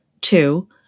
Two